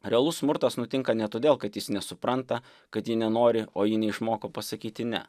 realus smurtas nutinka ne todėl kad jis nesupranta kad ji nenori o ji neišmoko pasakyti ne